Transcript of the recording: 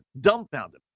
dumbfounded